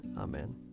Amen